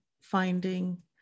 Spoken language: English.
finding